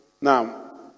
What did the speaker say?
Now